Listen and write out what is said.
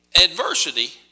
adversity